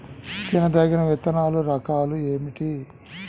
తినదగిన విత్తనాల రకాలు ఏమిటి?